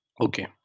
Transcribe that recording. Okay